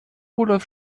rudolf